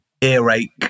Earache